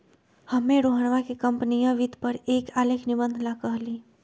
हम्मे रोहनवा के कंपनीया वित्त पर एक आलेख निबंध ला कहली